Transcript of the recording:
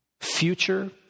future